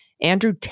Andrew